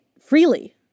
freely